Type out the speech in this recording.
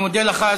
אני מודה לך.